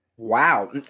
wow